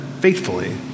faithfully